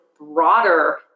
broader